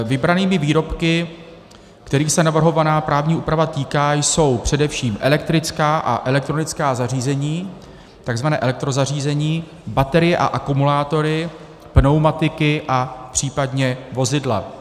Vybranými výrobky, kterých se navrhovaná právní úprava týká, jsou především elektrická a elektronická zařízení, takzvané elektrozařízení, baterie a akumulátory, pneumatiky a případně vozidla.